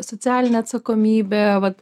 socialinė atsakomybė vat